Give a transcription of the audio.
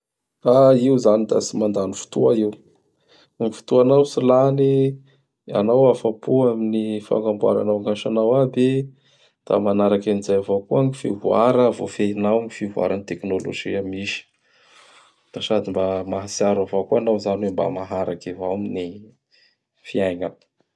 Io izany da tsy mandany fotoa io. Ny fotoanao tsy lany, anao afa-po amin'ny fagnamboaranao ñy asanao aby, da manaraky an'izay avao koa gn fivoara, voafehinao gny fivoaran'ny teknolozia misy. Da sady mba mahatsiaro avao koa anao izany hoe mba maharaky avao amin'ny fiaigna.